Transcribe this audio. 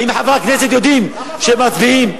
האם חברי הכנסת יודעים שהם מצביעים,